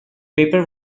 paper